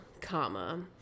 comma